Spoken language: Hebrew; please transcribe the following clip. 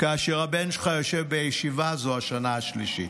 כאשר הבן שלך יושב בישיבה זו השנה השלישית.